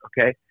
Okay